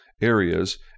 areas